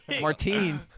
Martine